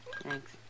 Thanks